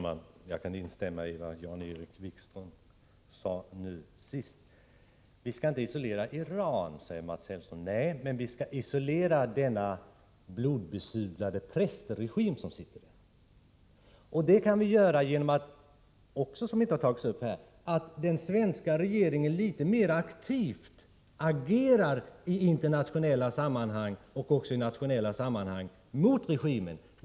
Herr talman! Jag kan instämma i vad Jan-Erik Wikström senast sade. Vi skall inte isolera Iran, framhöll Mats Hellström. Nej, men vi skall isolera den blodbesudlade prästregimen. Det kan ske genom att den svenska regeringen litet mer aktivt agerar i internationella och nationella sammanhang mot regimen.